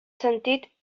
sentit